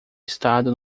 estado